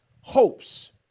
hopes